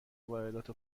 واردات